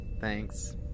thanks